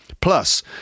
Plus